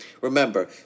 Remember